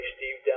Steve